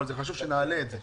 אבל חשוב שנעלה את זה.